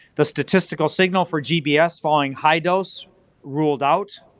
the statistical signal for gbs following high dose ruled out,